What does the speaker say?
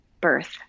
birth